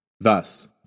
Thus